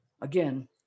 Again